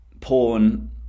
porn